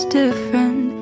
different